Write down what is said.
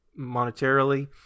monetarily